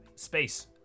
Space